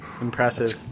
Impressive